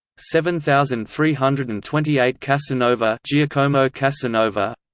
seven thousand three hundred and twenty eight casanova yeah ah like um ah casanova